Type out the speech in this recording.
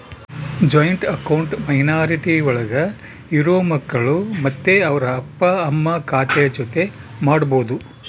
joint account minority ಒಳಗ ಇರೋ ಮಕ್ಕಳು ಮತ್ತೆ ಅವ್ರ ಅಪ್ಪ ಅಮ್ಮ ಖಾತೆ ಜೊತೆ ಮಾಡ್ಬೋದು